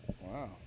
Wow